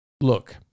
look